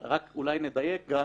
אתה רוצה הרי לדבר, נכון?